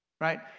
right